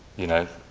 you know,